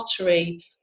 lottery